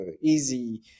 easy